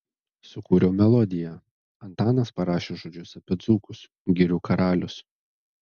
sukūriau melodiją antanas parašė žodžius apie dzūkus girių karalius